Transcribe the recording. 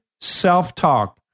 self-talk